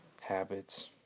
habits